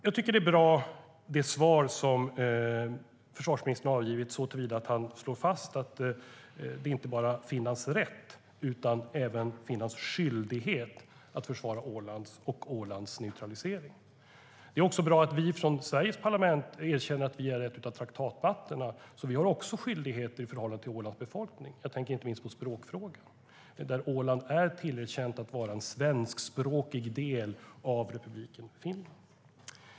Jag tycker att det svar försvarsministern avgivit är bra såtillvida att han slår fast att det inte bara är Finlands rätt utan även Finlands skyldighet att försvara Åland och dess neutralisering. Det är också bra att vi från Sveriges parlament erkänner att vi är en av traktatparterna. Vi har också skyldigheter i förhållande till Ålands befolkning. Jag tänker inte minst på språkfrågan. Åland är tillerkänt att vara en svenskspråkig del av Republiken Finland.